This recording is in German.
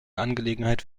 angelegenheit